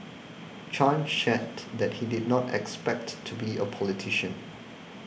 Chan shared that he did not expect to be a politician